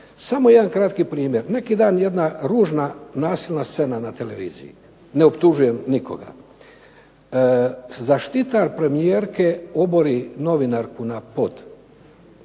Samo jedan kratki primjer. Neki dan jedna ružna nasilna scena na televiziji, ne optužujem nikoga. Zaštitar premijerke obori novinarku na pod.